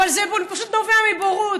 אבל זה פשוט נובע מבורות.